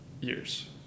years